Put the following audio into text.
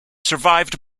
survived